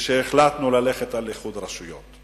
כשהחלטנו ללכת על איחוד רשויות.